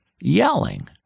yelling